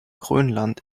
grönland